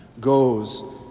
goes